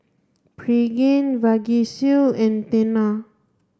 Pregain Vagisil and Tena